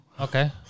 Okay